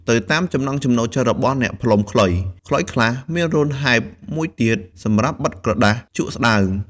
ទៅតាមចំណង់ចំណូលចិត្តរបស់អ្នកផ្លុំខ្លុយ ខ្លុយខ្លះមានរន្ធហែបមួយទៀតសម្រាប់បិទក្រដាសជក់ស្តើង។